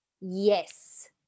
Yes